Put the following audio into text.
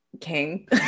king